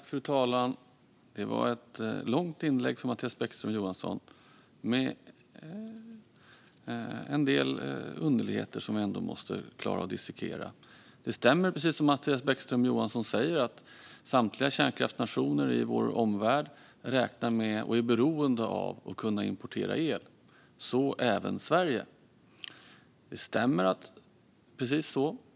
Fru talman! Det var ett långt inlägg från Mattias Bäckström Johansson med en del underligheter som jag måste dissekera. Det stämmer som Mattias Bäckström Johansson säger att samtliga kärnkraftsnationer i vår omvärld räknar med och är beroende av att kunna importera el - så även Sverige.